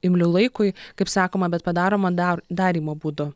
imliu laikui kaip sakoma bet padaromu dar darymo būdu